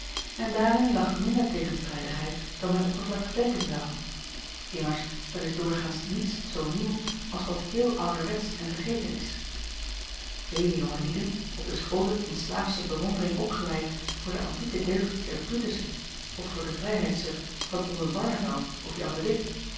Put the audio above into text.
en daarin lag minder tegenstrijdigheid dan men oppervlakkig denken zou immers er is doorgaans niets zoo nieuw als wat heel ouderwetsch en vergeten is vele jonge lieden op de scholen in slaafsche bewondering opgeleid voor de antieke deugd der brutussen of voor de vrijheidszucht van oldenbarneveld of jan de witt